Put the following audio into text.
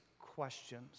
questions